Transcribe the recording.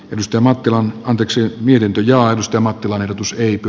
pirkko mattila on yksi virke joustamattoman etusiipi